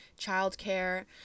childcare